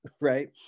Right